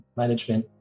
management